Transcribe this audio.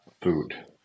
food